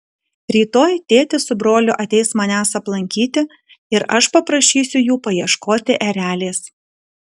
rytoj tėtis su broliu ateis manęs aplankyti ir aš paprašysiu jų paieškoti erelės